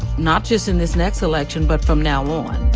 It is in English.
not just in this next election but from now on.